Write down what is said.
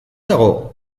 dago